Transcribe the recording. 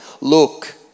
Look